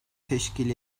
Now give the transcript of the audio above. teşkil